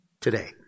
today